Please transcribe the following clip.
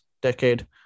decade